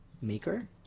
Maker